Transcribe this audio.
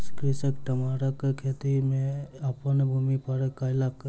कृषक टमाटरक खेती अपन भूमि पर कयलक